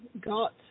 got